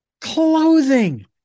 clothing